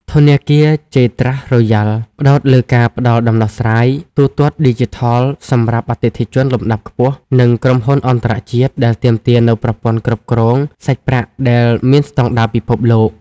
ធនាគារ ជេ ត្រាស់ រ៉ូយ៉ាល់ (J Trust Royal ) ផ្ដោតលើការផ្ដល់ដំណោះស្រាយទូទាត់ឌីជីថលសម្រាប់អតិថិជនលំដាប់ខ្ពស់ និងក្រុមហ៊ុនអន្តរជាតិ ដែលទាមទារនូវប្រព័ន្ធគ្រប់គ្រងសាច់ប្រាក់ដែលមានស្ដង់ដារពិភពលោក។